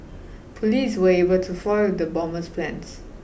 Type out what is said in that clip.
police were able to foil the bomber's plans